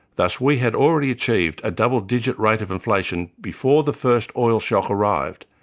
thus we had already achieved a double-digit rate of inflation before the first oil shock arrived,